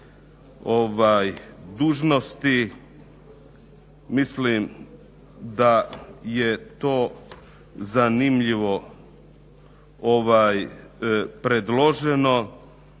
dužnosti, mislim da je to zanimljivo predloženo.